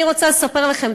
אני רוצה לספר לכם,